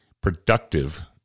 productive